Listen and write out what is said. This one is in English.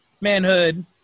manhood